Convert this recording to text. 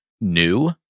new